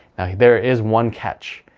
there is one catch,